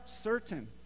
certain